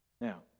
Now